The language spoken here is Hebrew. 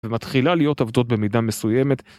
ומתחילה להיות עבדות במידה מסוימת